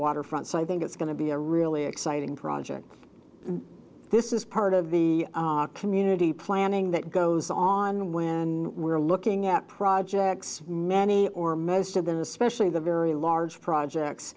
waterfront so i think it's going to be a really exciting project this is part of the community planning that goes on when we're looking at projects many or most of them especially the very large projects